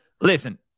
listen